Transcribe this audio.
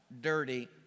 dirty